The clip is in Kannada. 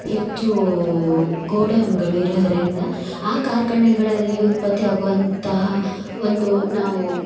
ಹೆಚ್ಚು ಗೋಡೌನುಗಳು ಇರೋದರಿಂದ ಆ ಕಾರ್ಖಾನೆಗಳಲ್ಲಿ ಉತ್ಪತ್ತಿ ಆಗುವಂತಹ ಒಂದು ನಾವು